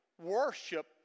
worship